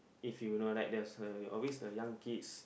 if you know right there is always uh always the young kids